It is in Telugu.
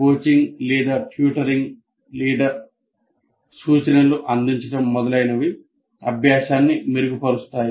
కోచింగ్ లేదా ట్యూటరింగ్ లేదా సూచనలు అందించడం మొదలైనవి అభ్యాసాన్ని మెరుగుపరుస్తాయి